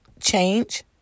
Change